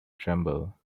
tremble